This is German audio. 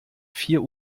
vier